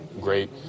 great